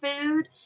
food